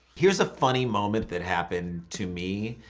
here's a funny moment that happened to me.